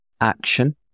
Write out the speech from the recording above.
action